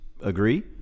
agree